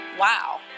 wow